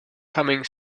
humming